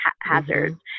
hazards